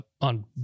on